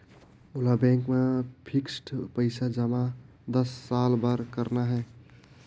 मोला बैंक मा फिक्स्ड पइसा जमा दस साल बार करना हे?